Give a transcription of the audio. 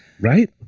Right